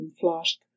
flask